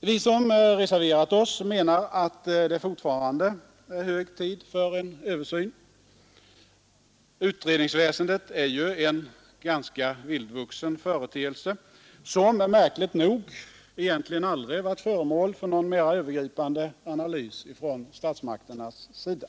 Vi som reserverat oss menar att det fortfarande är hög tid för en översyn. Utredningsväsendet är ju en ganska vildvuxen företeelse som märkligt nog egentligen aldrig varit föremål för någon mera övergripande analys från statsmakternas sida.